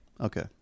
Okay